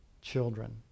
children